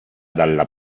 dalla